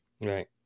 Right